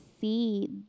see